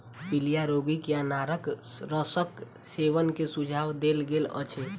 पीलिया रोगी के अनारक रसक सेवन के सुझाव देल गेल अछि